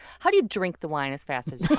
how do you drink the wine as fast as